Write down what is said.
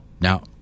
Now